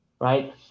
Right